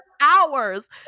hours